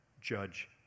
judge